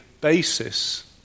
basis